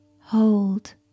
Hold